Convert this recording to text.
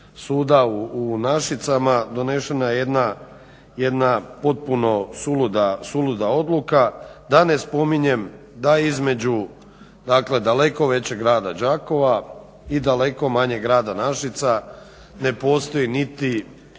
Suda u Našicama donešena je jedna potpuno suluda odluka, da ne spominjem da između daleko većeg grada Đakova i daleko manjeg grada Našica ne postoji niti